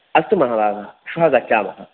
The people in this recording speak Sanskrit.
अस्तु महभागः श्वः गच्छामः